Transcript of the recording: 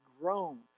grown